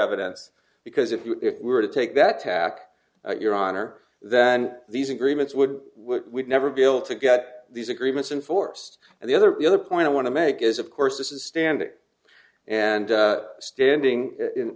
evidence because if you were to take that tack your honor that and these agreements would never be able to get these agreements in force and the other the other point i want to make is of course this is standing and standing